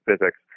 physics